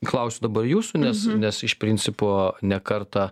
klausiu dabar jūsų nes nes iš principo ne kartą